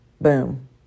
boom